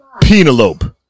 Penelope